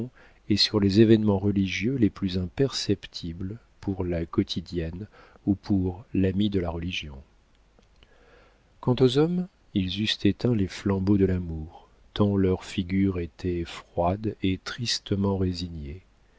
et sur les événements religieux les plus imperceptibles pour la quotidienne ou pour l'ami de la religion quant aux hommes ils eussent éteint les flambeaux de l'amour tant leurs figures étaient froides et tristement résignées